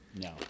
No